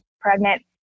pregnant